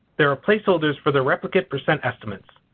there are placeholders for the replicate percent estimates.